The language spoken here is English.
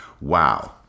Wow